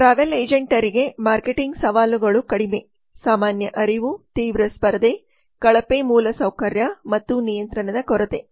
travel ಏಜೆಂಟರಿಗೆ marketing ಸವಾಲುಗಳು ಕಡಿಮೆ ಸಾಮಾನ್ಯ ಅರಿವು ತೀವ್ರ ಸ್ಪರ್ಧೆ ಕಳಪೆ ಮೂಲಸೌಕರ್ಯ ಮತ್ತು ನಿಯಂತ್ರಣದ ಕೊರತೆ